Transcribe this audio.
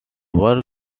worked